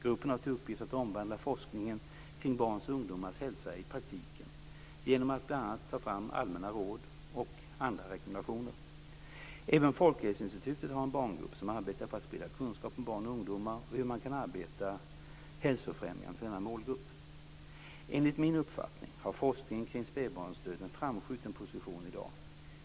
Gruppen har till uppgift att omvandla forskningen kring barns och ungdomars hälsa i praktiken, genom att bl.a. ta fram Allmänna råd och andra rekommendationer. Även Folkhälsoinstitutet har en barngrupp som arbetar för att sprida kunskap om barn och ungdomar och hur man kan arbeta hälsofrämjande för denna målgrupp. Enligt min uppfattning har forskningen kring spädbarnsdöd en framskjuten position i dag.